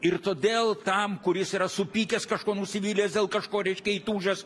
ir todėl tam kuris yra supykęs kažkuo nusivylęs dėl kažko reiškia įtūžęs